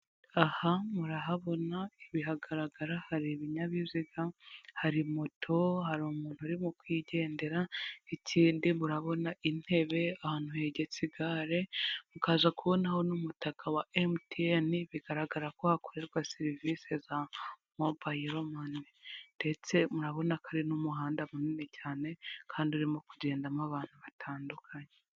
Aha murahabona biragaragara hari ibinyabiziga hari moto, hari umuntu urimo kwigendera, ikindi murabona intebe ahantu hegeretse igare, mukaza kubonaho n'umutaka wa emutiyene bigaragara ko hakorerwa serivisi za mobayiro mani, ndetse murabona ko hari n'umuhanda munini cyane kandi urimo kugendamo abantu batandukanye.